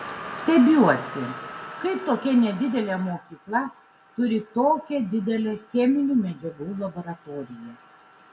stebiuosi kaip tokia nedidelė mokykla turi tokią didelę cheminių medžiagų laboratoriją